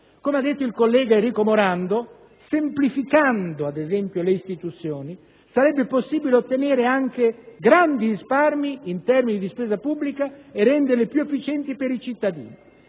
Come ha detto il collega Enrico Morando, semplificando, ad esempio, le istituzioni sarebbe possibile ottenere grandi risparmi in termini di spesa pubblica e renderle più efficienti per i cittadini.